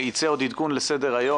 יצא עוד עדכון לסדר-היום.